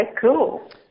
cool